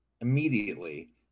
Immediately